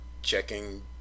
checking